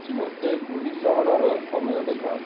ମୋତେ ପୁରୀ ସହରର ସମୟ ଦେଖାଅ